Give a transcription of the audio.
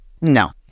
No